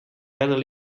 verder